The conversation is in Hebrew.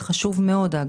זה חשוב מאוד.